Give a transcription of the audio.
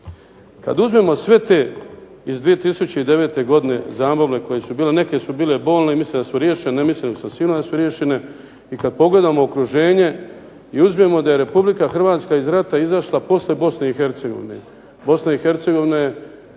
Kad uzmemo sve te iz 2009. godine zamolbe koje su bile, neke su bile bolne i mislim da su riješene, ne mislim sa svima da su riješene. I kad pogledamo okruženje i uzmemo da je RH iz rata izašla poslije BiH. BiH je